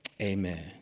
Amen